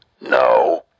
no